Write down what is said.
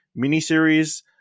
miniseries